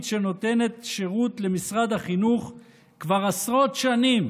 שנותנת שירות למשרד החינוך כבר עשרות שנים